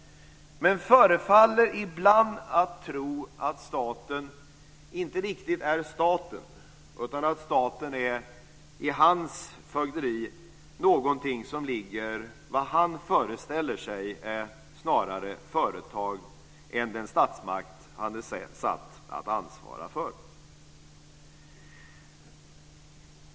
Men han förefaller ibland att tro att staten inte riktigt är staten, utan att staten i hans fögderi är någonting som ligger, vad han föreställer sig, närmare ett företag än den statsmakt han är satt att ansvara för.